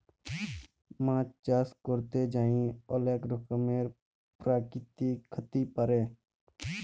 মাছ চাষ ক্যরতে যাঁয়ে অলেক রকমের পেরাকিতিক ক্ষতি পারে